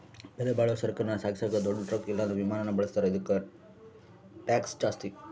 ಬೆಲೆಬಾಳೋ ಸರಕನ್ನ ಸಾಗಿಸಾಕ ದೊಡ್ ಟ್ರಕ್ ಇಲ್ಲಂದ್ರ ವಿಮಾನಾನ ಬಳುಸ್ತಾರ, ಇದುಕ್ಕ ಟ್ಯಾಕ್ಷ್ ಜಾಸ್ತಿ